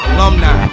Alumni